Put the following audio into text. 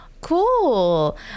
Cool